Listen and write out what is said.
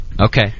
Okay